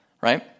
right